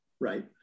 right